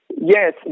Yes